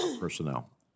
personnel